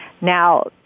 Now